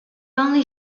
only